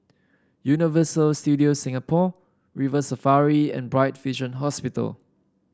Universal Studios Singapore River Safari and Bright Vision Hospital